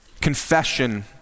confession